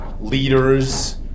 leaders